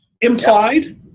implied